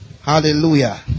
Hallelujah